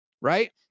right